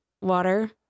water